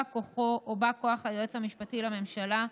בא כוחו או בא כוח היועץ המשפטי לממשלה,